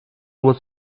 was